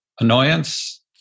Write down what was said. annoyance